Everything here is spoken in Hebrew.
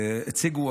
הציגו,